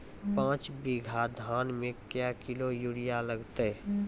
पाँच बीघा धान मे क्या किलो यूरिया लागते?